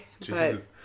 Jesus